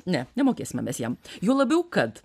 ne nemokėsime mes jam juo labiau kad